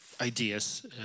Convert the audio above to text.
ideas